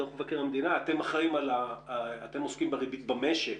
אתם עוסקים בריבית במשק